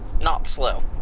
not slow.